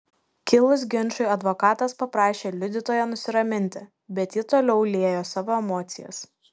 kilus ginčui advokatas paprašė liudytoją nusiraminti bet ji toliau liejo savo emocijas